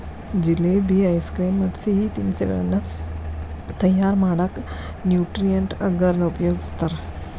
jalebi, ice cream ಮತ್ತ್ ಸಿಹಿ ತಿನಿಸಗಳನ್ನ ತಯಾರ್ ಮಾಡಕ್ ನ್ಯೂಟ್ರಿಯೆಂಟ್ ಅಗರ್ ನ ಉಪಯೋಗಸ್ತಾರ